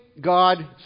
God